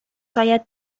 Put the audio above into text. شاید